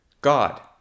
God